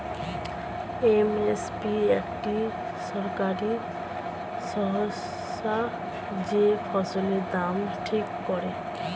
M S P একটি সরকারি সংস্থা যে ফসলের দাম ঠিক করে